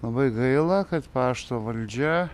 labai gaila kad pašto valdžia